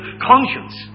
conscience